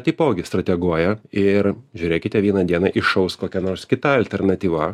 taipogi strateguoja ir žiūrėkite vieną dieną išaus kokia nors kita alternatyva